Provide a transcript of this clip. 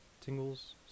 tingles